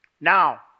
Now